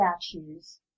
statues